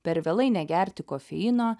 per vėlai negerti kofeino